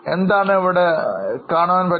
എന്താണ് ഇവിടെ കാണാനാകുന്നത്